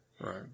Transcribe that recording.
Right